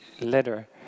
letter